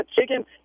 chicken